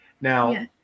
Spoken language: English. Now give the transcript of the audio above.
Now